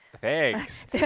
Thanks